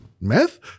Meth